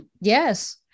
Yes